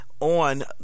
on